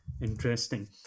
Interesting